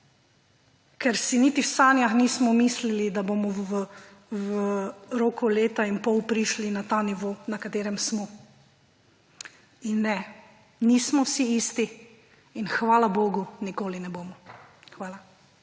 ker si niti v sanjah nismo mislili, da bomo v roku leta in pol prišli na ta nivo, na katerem smo. In ne, nismo vsi isti, in hvala bogu nikoli ne bomo. Hvala.